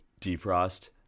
Defrost